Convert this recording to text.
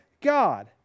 God